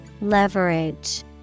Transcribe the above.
Leverage